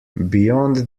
beyond